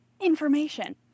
information